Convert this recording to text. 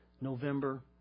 November